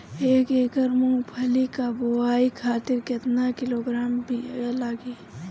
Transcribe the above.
एक एकड़ मूंगफली क बोआई खातिर केतना किलोग्राम बीया लागी?